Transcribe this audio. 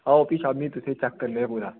आओ भी शामीं तुसें ई चैक्क करने आं पूरा